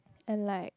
and like